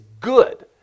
good